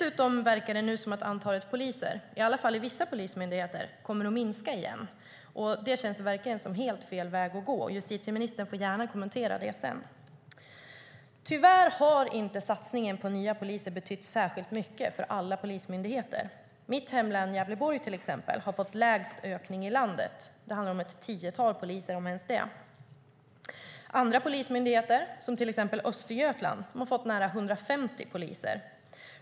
Det verkar som om antalet poliser kommer att minska igen, åtminstone inom vissa polismyndigheter. Det känns verkligen som helt fel väg att gå. Justitieministern får gärna kommentera det. Tyvärr har inte satsningen på nya poliser betytt särskilt mycket för alla polismyndigheter. Mitt hemlän Gävleborg till exempel har fått lägst ökning i landet. Det handlar om ett tiotal poliser, om ens det. Andra polismyndigheter, till exempel Östergötland, har fått nästan 150 poliser.